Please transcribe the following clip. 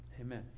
Amen